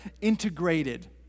integrated